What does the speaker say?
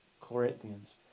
Corinthians